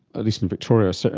at least in victoria, so